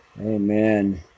Amen